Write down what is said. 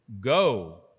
Go